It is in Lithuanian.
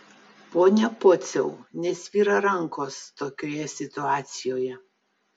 pone pociau nesvyra rankos tokioje situacijoje